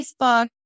Facebook